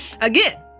Again